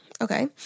Okay